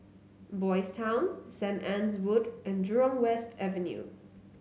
Boys' Town Saint Anne's Wood and Jurong West Avenue